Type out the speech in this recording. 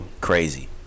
crazy